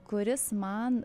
kuris man